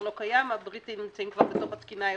לא קיים הבריטים נמצאים כבר בתוך התקינה האירופית,